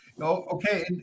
Okay